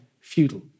feudal